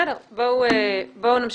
בסדר, בואו נמשיך.